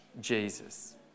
Jesus